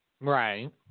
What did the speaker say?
Right